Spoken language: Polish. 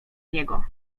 niego